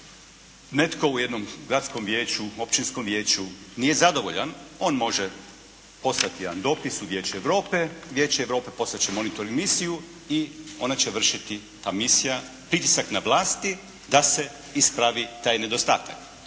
netko u jednom gradskom vijeću, općinskom vijeću nije zadovoljan, on može poslati jedan dopis u Vijeće Europe, gdje će Europa poslati monitor misiju i ona će vršiti ta misija pritisak na vlasti da se ispravi taj nedostatak.